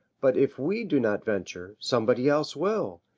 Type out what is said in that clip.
but if we do not venture, somebody else will,